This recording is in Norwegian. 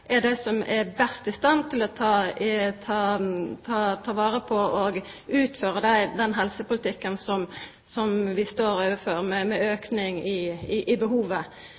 er dei som er best i stand til å ta vare på og utføra den helsepolitikken som vi står overfor med ein auke i behovet.